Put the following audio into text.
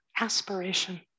aspiration